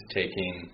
taking